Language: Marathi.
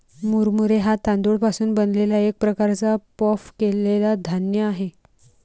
मुरमुरे हा तांदूळ पासून बनलेला एक प्रकारचा पफ केलेला धान्य आहे